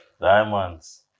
diamonds